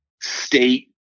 state